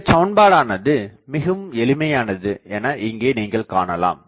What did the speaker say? இந்தச் சமன்பாடானது மிகவும் எளிமையானது எனஇங்கே நீங்கள் காணலாம்